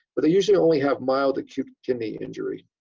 but they usually only have mild acute kidney injury.